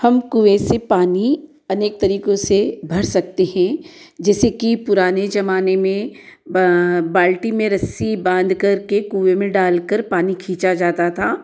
हम कुएं से पानी अनेक तरीकों से भर सकते हैं जैसे कि पुराने जमाने में बाल्टी में रस्सी बांधकर के कुएं में डालकर पानी खींचा जाता था